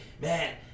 man